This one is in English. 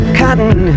cotton